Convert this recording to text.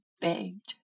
begged